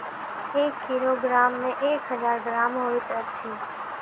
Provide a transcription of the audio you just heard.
एक किलोग्राम मे एक हजार ग्राम होइत अछि